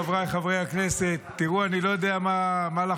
חבריי חברי הכנסת, תראו, אני לא יודע מה לחשוב,